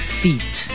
feet